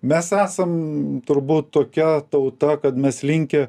mes esam turbūt tokia tauta kad mes linkę